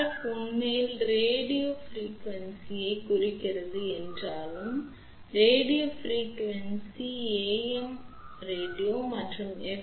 F உண்மையில் radio அதிர்வெண்ணைக் குறிக்கிறது என்றாலும் ரேடியோ அதிர்வெண் AM ரேடியோ மற்றும் எஃப்